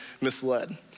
misled